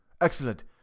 Excellent